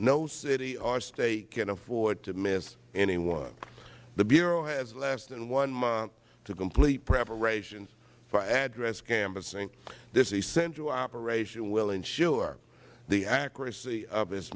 no city or state can afford to miss anyone the bureau has less than one month to complete preparations for address canvassing this essential operation will ensure the accuracy of its